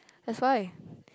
that's why